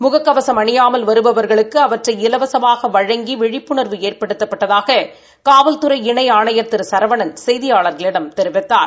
முக கவசம் அணியாமல் வருபவர்களுக்கு அவற்றை இலவசமாக வழங்கி விழிப்புணர்வு ஏற்படுத்தப்பட்டதாக காவல்துறை இணை ஆணையர் திரு சரவணன் செய்தியாளர்களிடம் தெரிவித்தார்